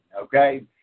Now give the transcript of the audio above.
okay